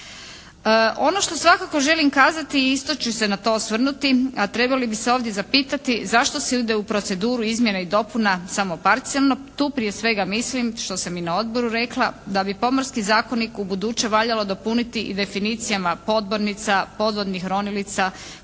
Ono što svakako želim kazati i isto ću se na to osvrnuti, a trebali bi se ovdje zapitati zašto se ide u proceduru izmjena i dopuna samo parcijalno. To prije svega mislim, što sam i na odboru rekla da bi Pomorski zakonik u buduće valjalo dopuniti i definicijama podmornica, podvodnih ronilica